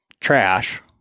trash